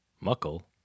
Muckle